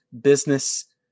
business